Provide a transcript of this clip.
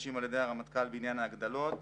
חדשים על ידי הרמטכ"ל בעניין ההגדלות,